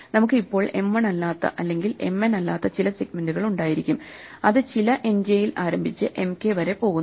നമുക്ക് ഇപ്പോൾ M 1അല്ലാത്ത അല്ലെങ്കിൽ M n അല്ലാത്ത ചില സെഗ്മെന്റുകൾ ഉണ്ടായിരിക്കും അത് ചില M j ൽ ആരംഭിച്ച് M k വരെ പോകുന്നു